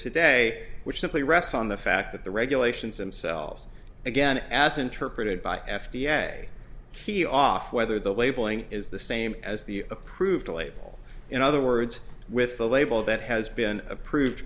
today which simply rests on the fact that the regulations and cells again as interpreted by f d a key off whether the labeling is the same as the approved a label in other words with a label that has been approved